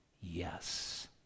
yes